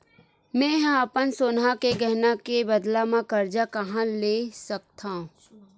मेंहा अपन सोनहा के गहना के बदला मा कर्जा कहाँ ले सकथव?